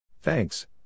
Thanks